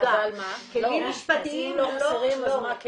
כלים משפטיים לא חסרים.